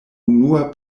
unua